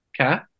okay